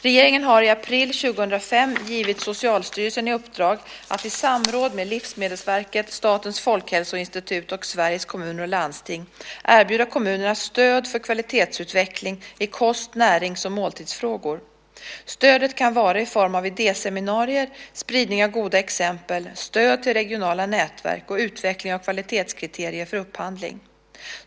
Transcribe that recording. Regeringen har i april 2005 givit Socialstyrelsen i uppdrag att i samråd med Livsmedelsverket, Statens folkhälsoinstitut och Sveriges Kommuner och Landsting erbjuda kommunerna stöd för kvalitetsutveckling i kost-, närings och måltidsfrågor. Stödet kan vara i form av idéseminarier, spridning av goda exempel, stöd till regionala nätverk och utveckling av kvalitetskriterier för upphandling.